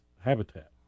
habitat